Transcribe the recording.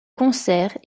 concert